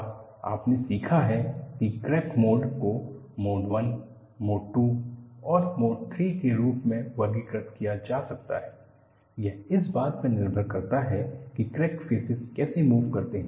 अब आपने सीखा है कि क्रैक मोड को मोड 1 मोड 2 और मोड 3 के रूप में वर्गीकृत किया जा सकता है यह इस बात पर निर्भर करता है कि क्रैक फ़ेसिस कैसे मूव करते हैं